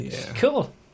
Cool